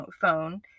phone